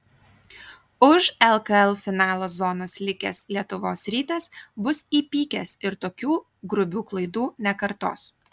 už lkl finalo zonos likęs lietuvos rytas bus įpykęs ir tokių grubių klaidų nekartos